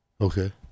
Okay